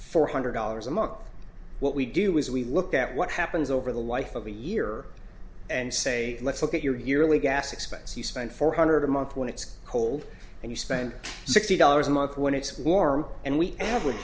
four hundred dollars a month what we do is we look at what happens over the life of a year and say let's look at your yearly gas expense you spend four hundred a month when it's cold and you spend sixty dollars a month when it's warm and we ave